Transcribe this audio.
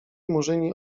murzyni